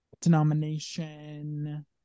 denomination